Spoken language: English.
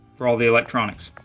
for all the electronics.